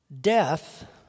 Death